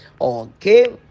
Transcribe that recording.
okay